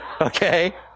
Okay